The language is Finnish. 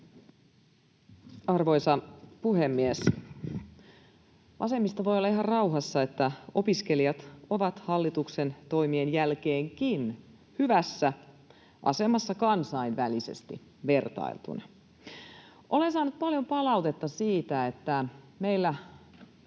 Arvoisa puhemies! Vasemmisto voi olla ihan rauhassa: opiskelijat ovat hallituksen toimien jälkeenkin hyvässä asemassa kansainvälisesti vertailtuna. Olen saanut paljon palautetta siitä, että meillä